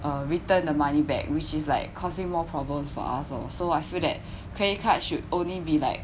uh return the money back which is like causing more problems for us oh so I feel that credit card should only be like